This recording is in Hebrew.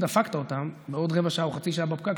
דפקת אותם בעוד רבע שעה או חצי שעה בפקק,